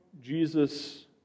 Jesus